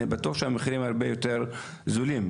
אני בטוח שהמחירים הרבה יותר זולים.